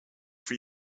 for